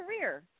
career